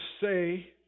say